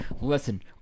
Listen